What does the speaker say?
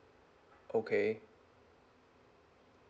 okay